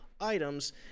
items